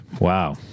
Wow